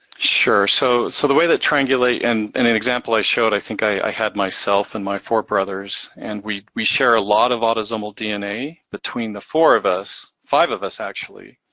sure, so so the way to triangulate, and and an example i showed, i think i had myself and my four brothers, and we we shared a lot of autosomal dna between the four of us, five of us actually.